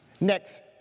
next